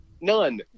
None